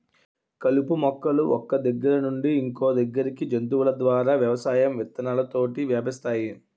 కలుపు మొక్కలు ఒక్క దగ్గర నుండి ఇంకొదగ్గరికి జంతువుల ద్వారా వ్యవసాయం విత్తనాలతోటి వ్యాపిస్తాయి